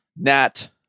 nat